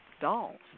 dolls